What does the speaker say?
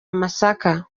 amasaka